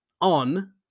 on